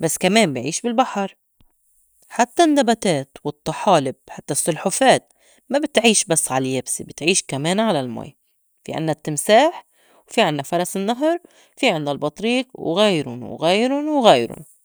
بس كمان بي عيش بالبحر، حتّى النّباتات والطّحالب، حتّى السلحفاة ما بتعيش بس عاليابسة بتعيش كمان على المي، وفي عِنّا التمساح، وفي عِنّا فرس النّهر، وفي عِنّا البطريق وغيرُن وغيرُن وغيرُن.